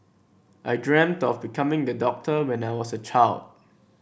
I dreamt of becoming the doctor when I was a child